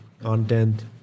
content